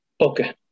Okay